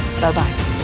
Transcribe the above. Bye-bye